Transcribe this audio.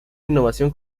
innovación